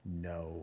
no